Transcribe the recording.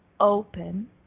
open